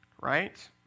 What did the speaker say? right